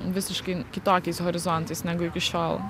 visiškai kitokiais horizontais negu iki šiol